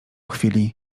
chwili